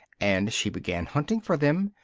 and she began hunting for them,